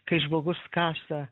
kai žmogus kasa